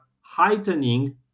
heightening